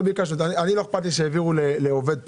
לא אכפת לי שהעבירו לעובד פיצוי.